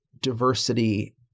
diversity